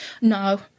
no